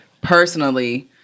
personally